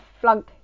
flunk